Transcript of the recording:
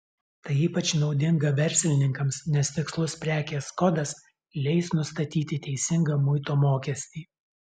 tai ypač naudinga verslininkams nes tikslus prekės kodas leis nustatyti teisingą muito mokestį